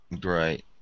Great